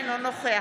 אינו נוכח